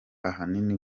ahanini